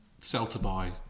sell-to-buy